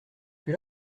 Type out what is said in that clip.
plus